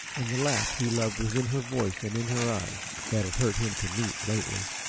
and the laugh he loved was in her voice and in her eyes, that it hurt him to meet, lately.